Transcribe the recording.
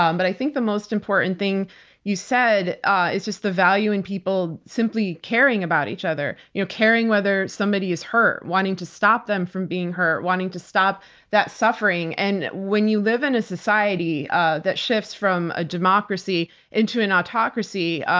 um but i think the most important thing you said is just the value in people simply caring about each other, you know caring whether somebody is hurt, wanting to stop them from being hurt, wanting to stop that suffering. and when you live in a society ah that shifts from a democracy into an autocracy,